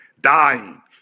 Dying